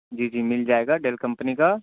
جی مل جائے گا ڈیل کمپنی کا